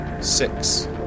Six